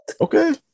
Okay